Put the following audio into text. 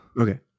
Okay